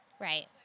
Right